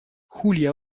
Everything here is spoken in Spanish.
julia